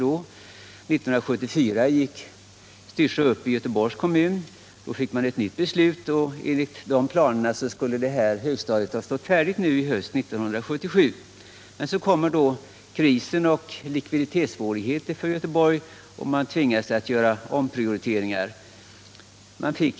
1974 gick Styrsö upp i Göteborgs kommun. Då fick man ett nytt beslut och enligt planerna skulle högstadiet ha stått färdigt nu i höst, 1977. Så kom då krisen med likviditetssvårigheter för Göteborg. Man tvingades att göra omprioriteringar.